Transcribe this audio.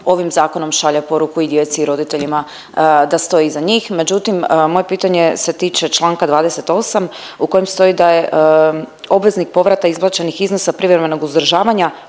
ovim zakonom šalje poruku i djeci i roditeljima da stoji iza njih, međutim, moje pitanje se tiče čl. 28 u kojem stoji da je obveznik povrata isplaćenih iznosa privremenog uzdržavanja